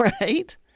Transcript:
right